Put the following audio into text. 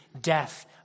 death